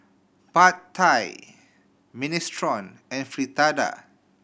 Pad Thai Minestrone and Fritada